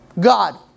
God